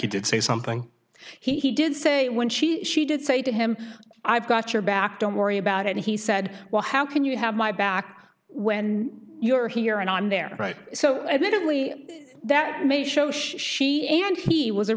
he did say something he did say when she she did say to him i've got your back don't worry about it he said well how can you have my back when you're here and i'm there right so i did only that may show she and he was a